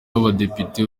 w’abadepite